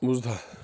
بوٗزتھا